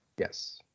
Yes